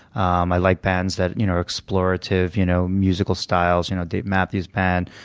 um i like bands that you know are explorative you know musical styles you know, dave matthews band.